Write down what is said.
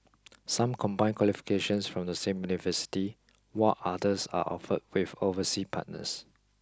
some combine qualifications from the same university while others are offered with overseas partners